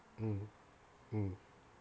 mm mm